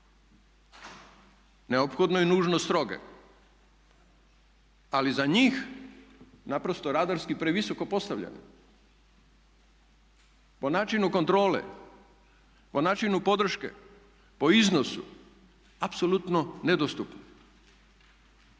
neophodno i nužno stroge ali za njih naprosto radarski previsoko postavljaju, po načinu kontrole, po načinu podrške, po iznosu apsolutno nedostupno.